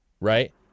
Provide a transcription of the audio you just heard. right